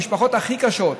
המשפחות הכי קשות,